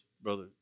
brother